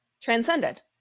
transcended